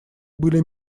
были